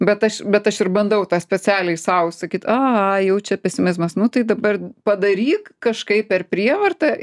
bet aš bet aš ir bandau tą specialiai sau sakyt aha jau čia pesimizmas nu tai dabar padaryk kažkaip per prievartą